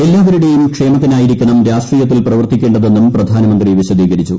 എല്ലാവരുടേയും ക്ഷേമത്തിനായിരിക്കണം രാഷ്ട്രീയത്തിൽ പ്ര പ്രവർത്തിക്കേണ്ടതെന്നും പ്രധാനമന്ത്രി പിശദീകരിച്ചു